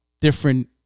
different